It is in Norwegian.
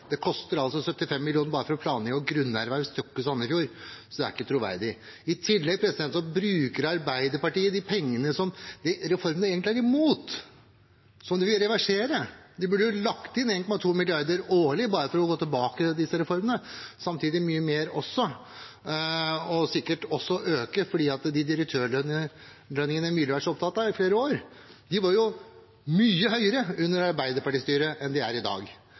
det koster altså 75 mill. kr bare for å planlegge og grunnerverve Stokke–Sandefjord, så det er ikke troverdig. I tillegg bruker Arbeiderpartiet penger fra reformer de egentlig er imot, som de vil reversere. De burde jo lagt inn 1,2 mrd. kr årlig bare for å gå tilbake med disse reformene, samtidig mye mer også, og sikkert øke, for de direktørlønningene Myrli har vært så opptatt av i flere år, var mye høyere under Arbeiderparti-styre enn de er i dag.